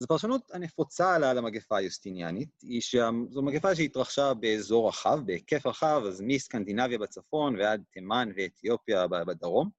זו פרשנות הנפוצה על המגפה היוסטיניאנית, זו מגפה שהתרחשה באזור רחב, בהיקף רחב, אז מסקנדינביה בצפון ועד תימן ואתיופיה בדרום.